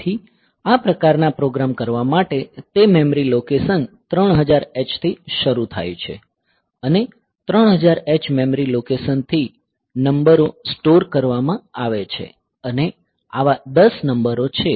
તેથી આ પ્રકારના પ્રોગ્રામ કરવા માટે તે મેમરી લોકેશન 3000 h થી શરુ થાય છે અને 3000 h મેમરી લોકેશનથી નંબરો સ્ટોર કરવામાં આવે છે અને આવા 10 નંબરો છે